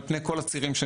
על פני כל הצירים.